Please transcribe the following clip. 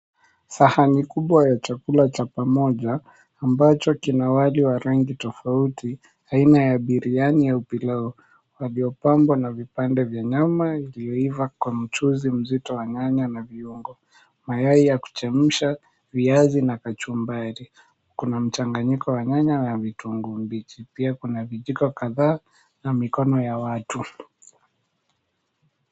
Sahani kubwa ya chakula cha pamoja ambacho kina wali wa rangi tofauti, aina ya biriani ya au pilau, waliopambwa na vipande vya nyama iliyoiva kwa mchuzi mzito wa nyanya na viungo. Mayai ya kuchemsha, viazi na kachumbari. Kuna mchanganyiko wa nyanya na vitunguu mbichi. Pia kuna vijiko kadhaa na mikono ya watu.